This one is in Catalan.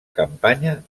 campanya